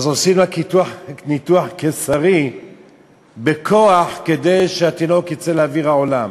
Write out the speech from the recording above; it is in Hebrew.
אז עושים לה ניתוח קיסרי בכוח כדי שהתינוק יצא לאוויר העולם.